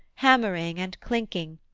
hammering and clinking,